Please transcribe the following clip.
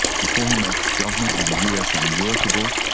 before he makes government in the us unworkable,